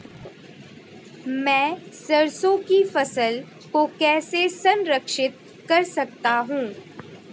मैं सरसों की फसल को कैसे संरक्षित कर सकता हूँ?